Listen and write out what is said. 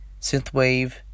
Synthwave